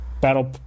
battle